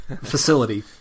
Facility